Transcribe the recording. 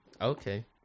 Okay